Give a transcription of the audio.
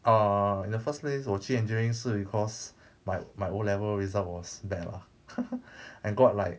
err in the first place 我去 engineering 是 because my my O level result was bad lah I got like